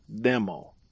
Demo